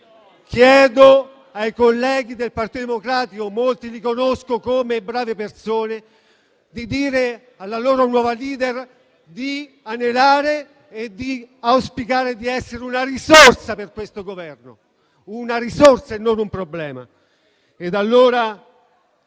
Chiedo ai colleghi del Partito Democratico, molti dei quali conosco come brave persone, di dire alla loro nuova *leader* di anelare ad essere una risorsa per questo Governo e non un problema.